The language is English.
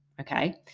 okay